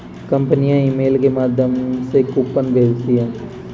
कंपनियां ईमेल के माध्यम से कूपन भेजती है